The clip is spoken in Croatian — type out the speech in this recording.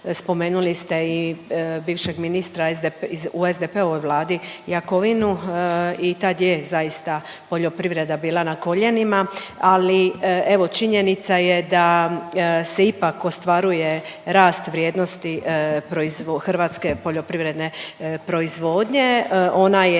spomenuli ste i bivšeg ministra u SDP-ovoj vladi Jakovinu i tad je zaista poljoprivreda bila na koljenima, ali evo činjenica je da se ipak ostvaruje rast vrijednosti proiz… hrvatske poljoprivredne proizvodnje. Ona je